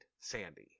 Sandy